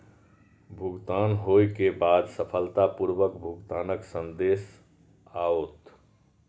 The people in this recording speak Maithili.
भुगतान होइ के बाद सफलतापूर्वक भुगतानक संदेश आओत